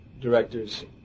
directors